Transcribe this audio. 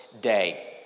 day